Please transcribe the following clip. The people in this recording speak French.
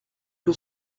que